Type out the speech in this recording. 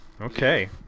Okay